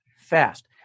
fast